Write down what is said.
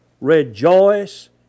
Rejoice